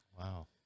Wow